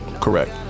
Correct